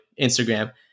Instagram